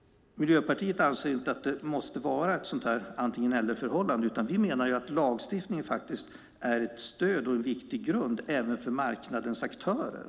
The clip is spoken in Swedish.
Miljöpartiet anser inte att det måste vara ett antingen-eller-förhållande, utan vi menar att lagstiftning faktiskt är ett stöd och en viktig grund även för marknadens aktörer.